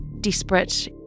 desperate